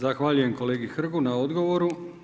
Zahvaljujem kolegi Hrgu na odgovoru.